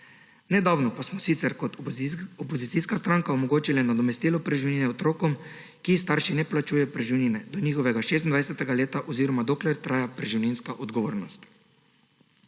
Nedavno pa smo sicer kot opozicijska stranka omogočili nadomestilo preživnine otrokom, ki jim starši ne plačujejo preživnine, do njihovega 26. leta oziroma dokler traja preživninska odgovornost.